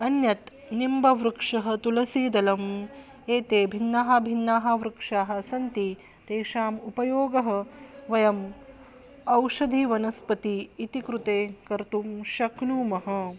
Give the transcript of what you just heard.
अन्यत् निम्बवृक्षः तुलसीदलम् एते भिन्नाः भिन्नाः वृक्षाः सन्ति तेषाम् उपयोगः वयम् औषधिवनस्पतयः इति कृते कर्तुं शक्नुमः